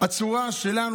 הצורה שלנו,